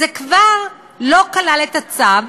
וזה כבר לא נכלל בצו,